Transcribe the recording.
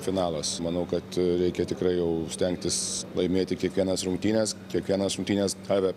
finalas manau kad reikia tikrai jau stengtis laimėti kiekvienas rungtynes kiekvienas rungtynes ar